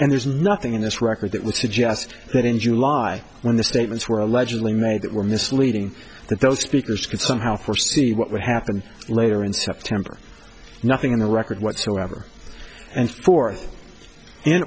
and there's nothing in this record that would suggest that in july when the statements were allegedly made that were misleading that those speakers could somehow foresee what would happen later in september nothing in the record whatsoever and for